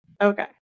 Okay